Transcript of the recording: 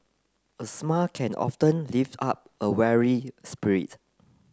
a smile can often lift up a weary spirit